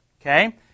Okay